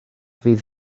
fydd